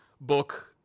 book